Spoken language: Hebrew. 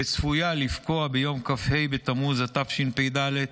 וצפויה לפקוע ביום כ"ה בתמוז התשפ"ד,